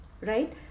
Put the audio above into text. right